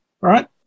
right